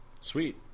Sweet